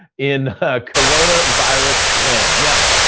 in corona virus land. now,